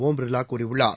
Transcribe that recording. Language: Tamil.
ஒம் பிர்லா கூறியுள்ளார்